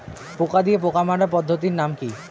পোকা দিয়ে পোকা মারার পদ্ধতির নাম কি?